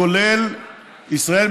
כולל "ישראל,